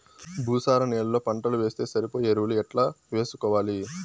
భూసార నేలలో పంటలు వేస్తే సరిపోయే ఎరువులు ఎట్లా వేసుకోవాలి?